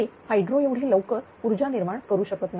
ते हायड्रो एवढे लवकर ऊर्जा निर्माण करू शकत नाही